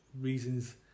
reasons